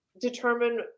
determine